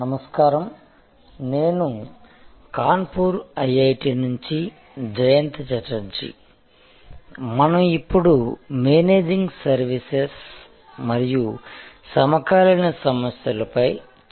నమస్కారం నేను కాన్పూర్ ఐఐటీ నుంచి జయంత ఛటర్జీ మనం ఇప్పుడు మేనేజింగ్ సర్వీసెస్ మరియు సమకాలీన సమస్యలు పై చర్చించుకుందాం